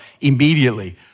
immediately